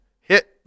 Hit